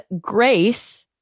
Grace